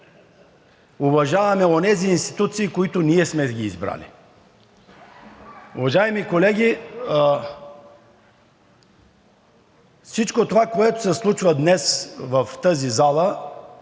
уважаваме онези институции, които ние сме ги избрали. Уважаеми колеги, всичко това, което се случва днес в тази зала,